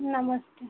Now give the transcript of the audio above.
नमस्ते